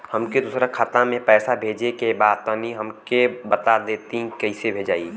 हमके दूसरा खाता में पैसा भेजे के बा तनि हमके बता देती की कइसे भेजाई?